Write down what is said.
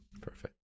Perfect